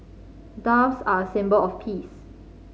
doves are a symbol of peace